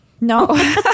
No